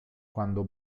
quando